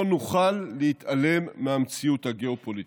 לא נוכל להתעלם מהמציאות הגיאו-פוליטית.